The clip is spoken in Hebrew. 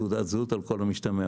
תעודת זהות על כל המשתמע.